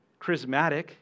charismatic